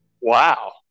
Wow